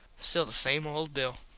still the same old bill.